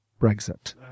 Brexit